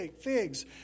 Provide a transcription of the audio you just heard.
figs